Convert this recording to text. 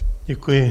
Děkuji.